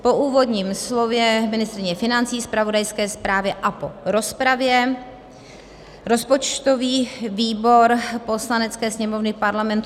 Po úvodním slově ministryně financí, zpravodajské zprávě a po rozpravě rozpočtový výbor Poslanecké sněmovny Parlamentu